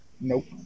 Nope